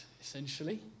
essentially